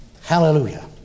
Hallelujah